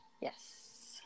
Yes